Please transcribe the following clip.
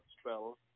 spell